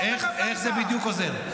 איך זה בדיוק עוזר?